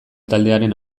taldearen